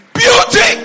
beauty